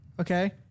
okay